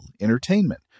entertainment